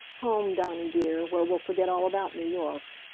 home, dawnie dear, where we'll forget all about new york.